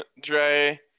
Dre